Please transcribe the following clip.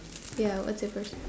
ya what's your question